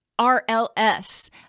RLS